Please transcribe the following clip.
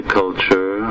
culture